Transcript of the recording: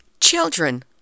Children